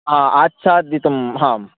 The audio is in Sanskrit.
आ आच्छाद्दितुं हां